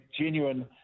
genuine